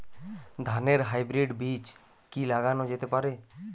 ধানের হাইব্রীড বীজ কি লাগানো যেতে পারে?